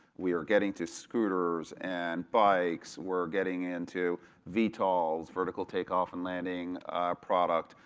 we are getting to scooters and bikes. we're getting into vitove, vertical take off and landing products,